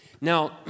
Now